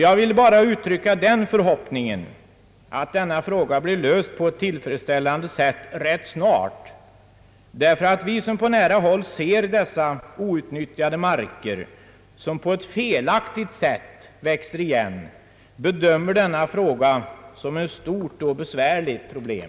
Jag vill bara uttrycka den förhoppningen att denna fråga blir löst på ett tillfredsställande sätt rätt snart. Vi som på nära håll ser dessa outnyttjade marker, vilka på ett felaktigt sätt växer igen, bedömer denna fråga som ett stort och besvärligt problem.